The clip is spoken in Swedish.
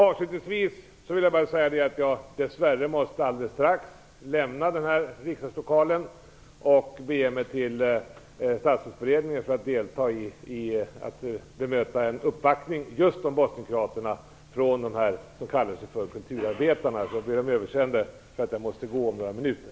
Avslutningsvis vill jag säga att jag dess värre alldeles strax måste lämna denna riksdagslokal och bege mig till statsrådsberedningen för att möta en uppvaktning just om bosnienkroaterna från kulturarbetare. Jag vill be om överseende för att jag måste gå om några minuter.